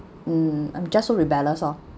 um I'm just so rebellious lor